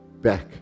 back